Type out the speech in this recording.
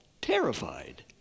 terrified